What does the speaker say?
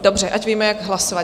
Dobře, ať víme, jak hlasovat.